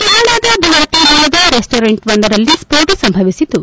ಕೆನಡಾದ ಭಾರತೀಯ ಮೂಲದ ರೆಸ್ಲೊರೆಂಟ್ವೊಂದರಲ್ಲಿ ಸ್ವೋಟ ಸಂಭವಿಸಿದ್ದು